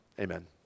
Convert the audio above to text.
Amen